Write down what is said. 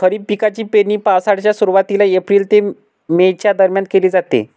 खरीप पिकांची पेरणी पावसाच्या सुरुवातीला एप्रिल ते मे च्या दरम्यान केली जाते